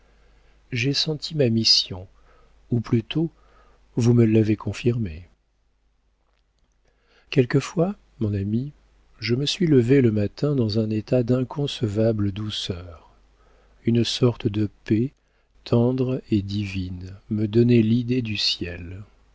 j'ai senti ma mission ou plutôt vous me l'avez confirmée quelquefois mon ami je me suis levée le matin dans un état d'inconcevable douceur une sorte de paix tendre et divine me donnait l'idée du ciel